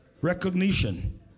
recognition